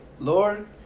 Lord